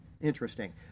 Interesting